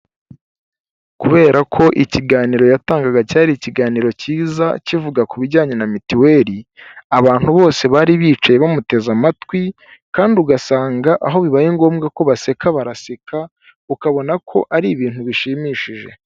Kubera ko ikiganiro yatangaga cyari ikiganiro cyiza kivuga ku bijyanye na mituweri abantu bose bari bicaye bamuteze amatwi kandi ugasanga aho bibaye ngombwa ko baseka baraseka ukabona ko ari ibintu bishimishije .